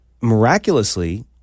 miraculously